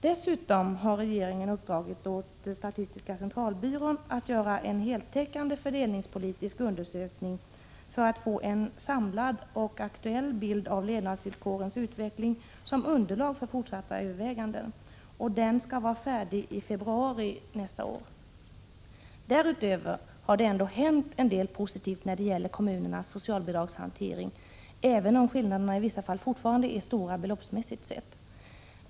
Dessutom har regeringen uppdragit åt statistiska centralbyrån att göra en heltäckande fördelningspolitisk undersökning för att som underlag för fortsatta överväganden få en samlad och aktuell bild av levnadsvillkorens utveckling. Denna undersökning skall vara färdig i februari nästa år. Därutöver har det ändå hänt en del positivt när det gäller kommunernas socialbidragshantering, även om skillnaderna i vissa fall fortfarande är stora beloppsmässigt sett.